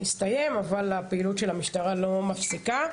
הסתיים אבל הפעילות של המשטרה לא מפסיקה.